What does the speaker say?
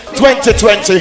2020